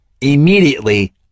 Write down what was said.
Immediately